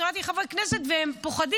קראתי לחברי כנסת, והם פוחדים.